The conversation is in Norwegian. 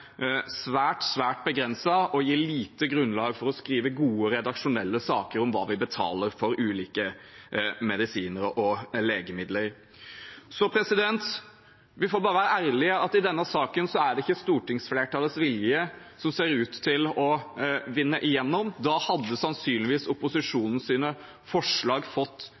svært, svært begrenset og gi lite grunnlag for å skrive gode redaksjonelle saker om hva vi betaler for ulike medisiner og legemidler. Vi får bare være ærlige om at i denne saken er det ikke stortingsflertallets vilje som ser ut til å vinne igjennom. Da hadde opposisjonens forslag sannsynligvis